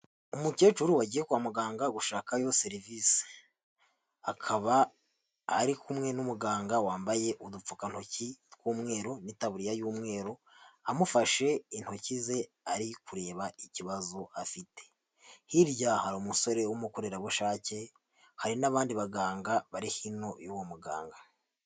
Umukecuru wagiye kwa muganga gushakayo serivisi. Akaba ari kumwe n'umuganga wambaye udupfukantoki tw'umweru n'itaburiya y'umweru, amufashe intoki ze ari kureba ikibazo afite. Hirya hari umusore w'umukorerabushake, hari n'abandi baganga bari hino y'uwo muganga.